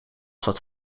zat